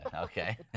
Okay